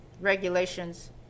regulations